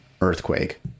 earthquake